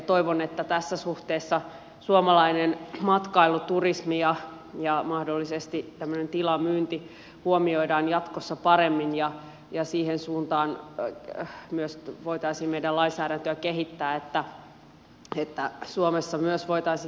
toivon että tässä suhteessa suomalainen matkailu turismi ja mahdollisesti tämmöinen tilamyynti huomioidaan jatkossa paremmin ja myös voitaisiin meidän lainsäädäntöä kehittää alkoholin tuotannon suhteen